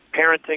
Parenting